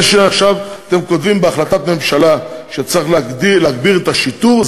זה שעכשיו אתם כותבים בהחלטת ממשלה שצריך להגביר את השיטור,